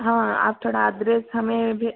हाँ आप थोड़ा अद्रेस हमें भे